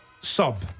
sub